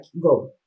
go